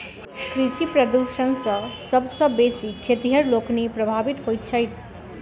कृषि प्रदूषण सॅ सभ सॅ बेसी खेतिहर लोकनि प्रभावित होइत छथि